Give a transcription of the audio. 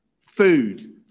food